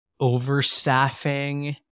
overstaffing